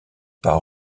par